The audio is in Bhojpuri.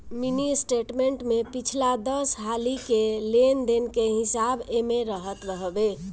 मिनीस्टेटमेंट में पिछला दस हाली के लेन देन के हिसाब एमे रहत हवे